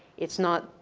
it's not,